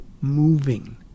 moving